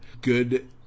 Good